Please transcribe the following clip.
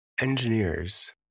engineers